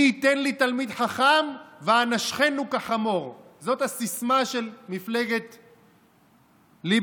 "מי ייתן לי תלמיד חכם ואנשכנו כחמור" זאת הסיסמה של מפלגת ליברמן.